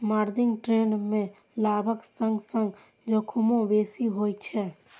margin trade मे लाभक संग संग जोखिमो बेसी होइ छै